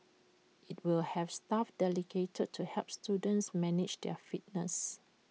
IT will have staff dedicated to help students manage their fitness